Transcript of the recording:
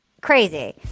Crazy